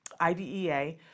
IDEA